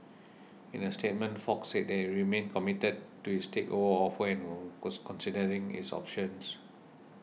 in a statement Fox said that it remained committed to its takeover offer and were was considering its options